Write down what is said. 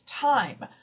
time